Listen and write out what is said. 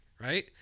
Right